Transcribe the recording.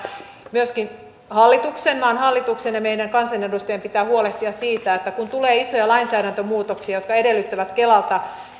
myöskin maan hallituksen ja meidän kansanedustajien pitää huolehtia siitä että kun tulee isoja lainsäädäntömuutoksia jotka edellyttävät kelalta